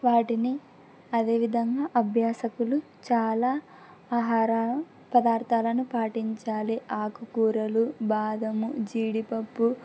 వాటిని అదేవిధంగా అభ్యాసకులు చాలా ఆహార పదార్థాలను పాటించాలి ఆకుకూరలు బాదము జీడిపప్పు